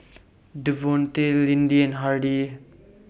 Devonte Lindy and Hardie